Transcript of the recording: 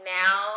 now